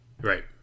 Right